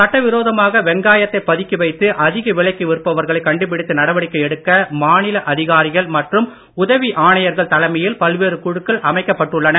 சட்ட விரோதமாக வெங்காயத்தைப் பதுக்கிவைத்து அதிக விலைக்கு விற்பவர்களை கண்டுபிடித்து நடவடிக்கை எடுக்க மாநில அதிகாரிகள் மற்றும் உதவி ஆணையர்கள் தலைமையில் பல்வேறு குழுக்கள் அமைக்கப் பட்டுள்ளன